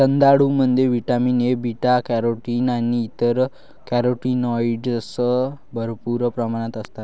जर्दाळूमध्ये vitamin A, beta carotene आणि इतर कॅरोटीनॉइड्स भरपूर प्रमाणात असतात